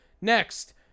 Next